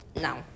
Now